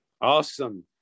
Awesome